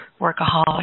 workaholic